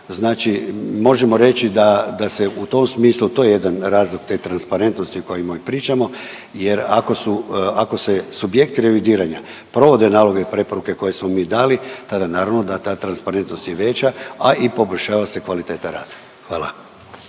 Znači možemo reći da se u tom smislu, to je jedan razlog te transparentnosti o kojoj mi pričamo. Jer ako se subjekti revidiranja provode naloge i preporuke koje smo mi dali tada naravno da ta transparentnost je veća, a i poboljšava se kvaliteta rada. Hvala.